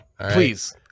Please